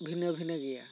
ᱵᱷᱤᱱᱟᱹ ᱵᱷᱤᱱᱟᱹ ᱜᱮᱭᱟ